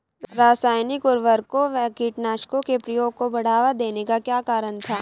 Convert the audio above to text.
रासायनिक उर्वरकों व कीटनाशकों के प्रयोग को बढ़ावा देने का क्या कारण था?